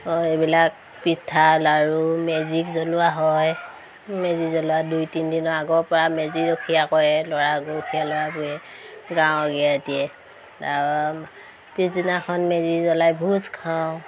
অঁ এইবিলাক পিঠা লাড়ু মেজিক জ্বলোৱা হয় মেজি জ্বলোৱা দুই তিনিদিনৰ আগৰপৰা মেজি ৰখীয়া কৰে ল'ৰা গৰখীয়া ল'ৰাবোৰে গাঁও ৰখীয়া দিয়ে আৰু পিছদিনাখন মেজি জ্বলাই ভোজ খাওঁ